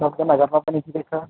सबजना घरमा पनि ठिकै छ